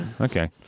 Okay